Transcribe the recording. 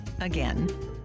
again